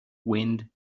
wind